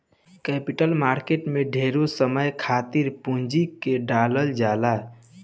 capital market में ढेरे समय खातिर पूंजी के डालल जाला